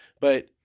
But-